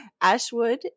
Ashwood